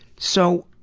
so!